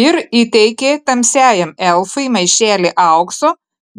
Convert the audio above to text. ir įteikė tamsiajam elfui maišelį aukso